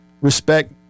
Respect